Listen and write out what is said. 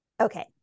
Okay